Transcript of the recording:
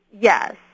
Yes